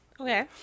Okay